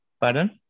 Pardon